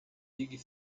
big